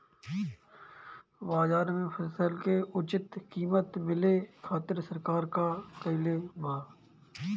बाजार में फसल के उचित कीमत मिले खातिर सरकार का कईले बाऽ?